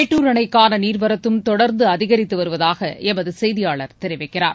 மேட்டுர் அணைக்கான நீர்வரத்தும் தொடர்ந்து அதிகரித்து வருவதாக எமது செய்தியாளர் தெரிவிக்கிறார்